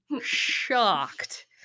shocked